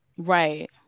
Right